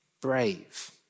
brave